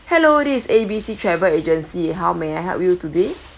hello this is A B C travel agency how may I help you today